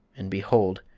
and behold!